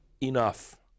enough